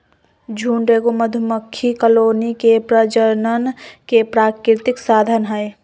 झुंड एगो मधुमक्खी कॉलोनी के प्रजनन के प्राकृतिक साधन हइ